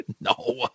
No